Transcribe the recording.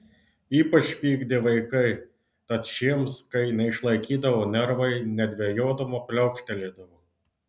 ypač pykdė vaikai tad šiems kai neišlaikydavo nervai nedvejodama pliaukštelėdavo